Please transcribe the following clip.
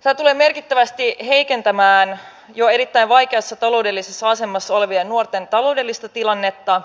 sehän tulee merkittävästi heikentämään jo erittäin vaikeassa taloudellisessa asemassa olevien nuorten taloudellista tilannetta